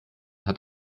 hat